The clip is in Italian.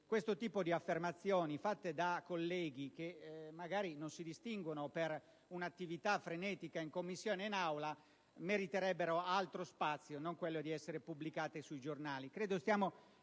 questo tipo di affermazioni, fatte da colleghi che magari non si distinguono per un'attività frenetica in Commissione e in Aula, meriterebbero altro spazio che non quello offerto dai giornali.